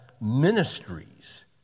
ministries